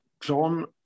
John